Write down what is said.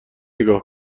نیگا